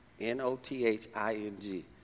N-O-T-H-I-N-G